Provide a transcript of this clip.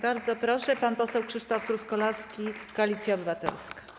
Bardzo proszę, pan poseł Krzysztof Truskolaski, Koalicja Obywatelska.